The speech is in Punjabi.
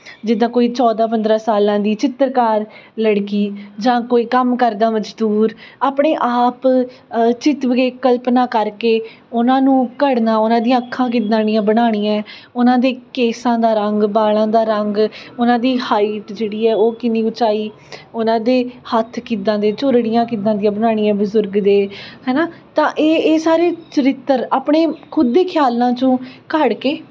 ਜਿੱਦਾਂ ਕੋਈ ਚੌਦਾਂ ਪੰਦਰਾਂ ਸਾਲਾਂ ਦੀ ਚਿੱਤਰਕਾਰ ਲੜਕੀ ਜਾਂ ਕੋਈ ਕੰਮ ਕਰਦਾ ਮਜ਼ਦੂਰ ਆਪਣੇ ਆਪ ਚਿਤਵਕੇ ਕਲਪਨਾ ਕਰਕੇ ਉਹਨਾਂ ਨੂੰ ਘੜਨਾ ਉਹਨਾਂ ਦੀਆਂ ਅੱਖਾਂ ਕਿੱਦਾਂ ਦੀਆਂ ਬਣਾਉਣੀਆਂ ਹੈ ਉਹਨਾਂ ਦੇ ਕੇਸਾਂ ਦਾ ਰੰਗ ਬਾਲਾਂ ਦਾ ਰੰਗ ਉਹਨਾਂ ਦੀ ਹਾਈਟ ਜਿਹੜੀ ਹੈ ਉਹ ਕਿੰਨੀ ਉਚਾਈ ਉਹਨਾਂ ਦੇ ਹੱਥ ਕਿੱਦਾਂ ਦੇ ਝੁਰੜੀਆਂ ਕਿੱਦਾਂ ਦੀਆਂ ਬਣਾਉਣੀਆਂ ਬਜ਼ੁਰਗ ਦੇ ਹੈ ਨਾ ਤਾਂ ਇਹ ਇਹ ਸਾਰੇ ਚਰਿੱਤਰ ਆਪਣੇ ਖੁਦ ਦੇ ਖਿਆਲਾਂ 'ਚੋਂ ਘੜ ਕੇ